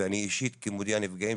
ואני אישית כמודיע על נפגעים